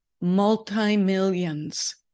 multi-millions